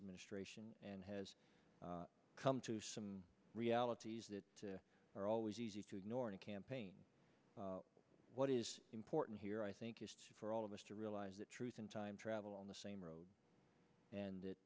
administration and has come to some realities that are always easy to ignore in a campaign what is important here i think is for all of us to realize that truth and time travel on the same road and th